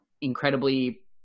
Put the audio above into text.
incredibly